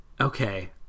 Okay